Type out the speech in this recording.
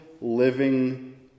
living